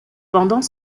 pendant